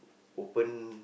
open